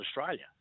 Australia